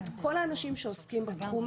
ואיזה טלפון מקבלים שם.